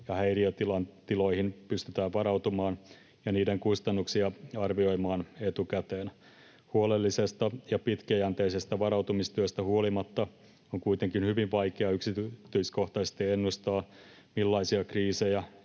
ja häiriötiloihin pystytään varautumaan ja niiden kustannuksia arvioimaan etukäteen. Huolellisesta ja pitkäjänteisestä varautumistyöstä huolimatta on kuitenkin hyvin vaikeaa yksityiskohtaisesti ennustaa, millaisia kriisejä